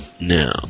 Now